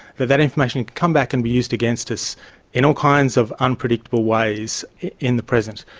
that that information could come back and be used against us in all kinds of unpredictable ways in the present.